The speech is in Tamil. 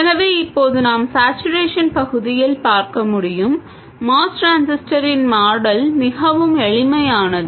எனவே இப்போது நாம் சேட்சுரேஷன் பகுதியில் பார்க்க முடியும் MOS டிரான்சிஸ்டரின் மாடல் மிகவும் எளிமையானது